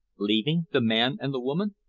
leaving the man and the woman?